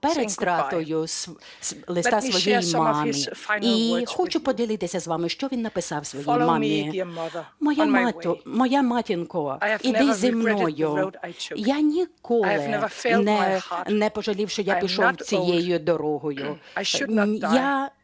перед стратою листа своїй мамі. І хочу поділитися з вами, що він написав своїй мамі. "Моя матінко, іди зі мною. Я ніколи не пожалів, що я пішов цією дорогою. Я не старий.